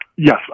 Yes